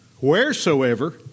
wheresoever